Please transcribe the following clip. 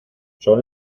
son